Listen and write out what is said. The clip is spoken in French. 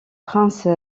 prince